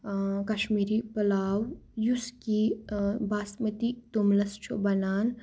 کَشمیٖری پُلاو یُس کہِ باسمٔتی توٚملَس چھُ بَنان